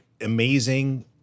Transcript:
amazing